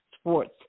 Sports